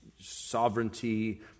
sovereignty